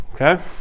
Okay